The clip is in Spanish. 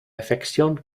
afección